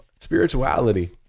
Spirituality